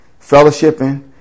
fellowshipping